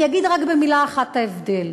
אני אגיד רק במילה אחת את ההבדל: